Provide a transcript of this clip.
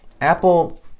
apple